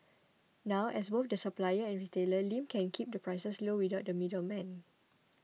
now as both the supplier and retailer Lim can keep the prices low without the middleman